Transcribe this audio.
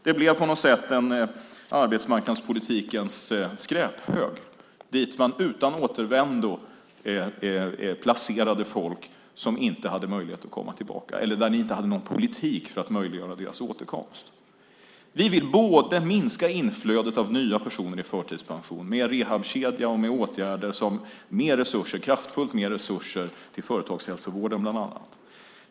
Det blev på något sätt en arbetsmarknadspolitikens skräphög, dit man utan återvändo placerade folk som inte hade möjlighet att komma tillbaka eller där ni inte hade en politik för att möjliggöra deras återkomst. Vi vill både minska inflödet av nya personer i förtidspension med hjälp av rehabkedja och vidta åtgärder, till exempel kraftfullt mer resurser till företagshälsovården.